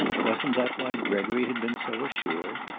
wasn't that why gregory had been so assured?